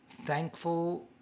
thankful